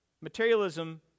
Materialism